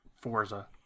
Forza